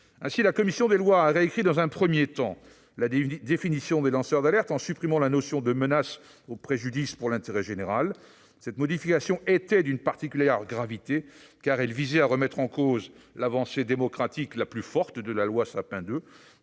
Ainsi la commission des lois a-t-elle initialement modifié la définition des lanceurs d'alerte, en supprimant la notion de « menace ou de préjudice pour l'intérêt général ». Cette modification était d'une particulière gravité, car elle visait à remettre en cause l'avancée démocratique la plus forte de la loi Sapin II,